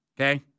okay